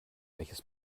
welches